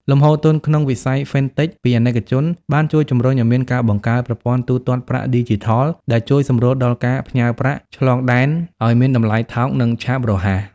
លំហូរទុនក្នុងវិស័យ FinTech ពីអាណិកជន បានជួយជំរុញឱ្យមានការបង្កើតប្រព័ន្ធទូទាត់ប្រាក់ឌីជីថល ដែលជួយសម្រួលដល់ការផ្ញើប្រាក់ឆ្លងដែនឱ្យមានតម្លៃថោក និងឆាប់រហ័ស។